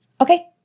Okay